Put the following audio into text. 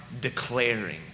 declaring